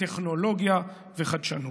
טכנולוגיה וחדשנות.